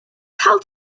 held